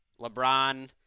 LeBron –